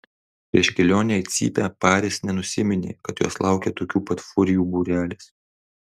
prieš kelionę į cypę paris nenusiminė kad jos laukia tokių pat furijų būrelis